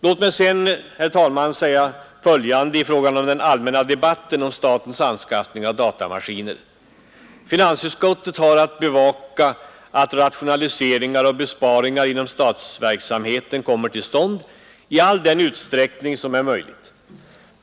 Låt mig sedan säga följande i fråga om den allmänna debatten om statens anskaffning av datamaskiner. Finansutskottet har att bevaka att rationaliseringar och besparingar inom statsverksamheten kommer till stånd i all den utsträckning som är möjlig.